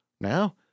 Now